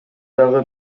дагы